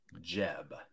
Jeb